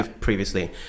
previously